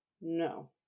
No